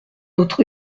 notre